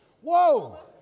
whoa